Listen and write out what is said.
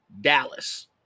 Dallas